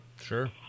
sure